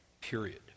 period